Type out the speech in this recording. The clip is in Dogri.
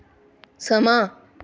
समां